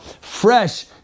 fresh